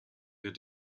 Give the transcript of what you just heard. wir